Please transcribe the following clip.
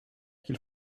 qu’il